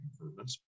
improvements